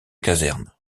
caserne